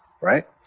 Right